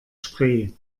spree